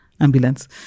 ambulance